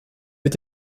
mit